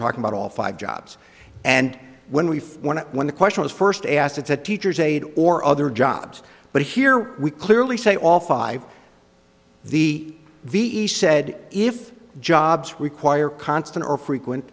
talking about all five jobs and when we went to when the question was first asked a teacher's aide or other jobs but here we clearly say all five the ve said if jobs require constant or frequent